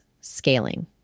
scaling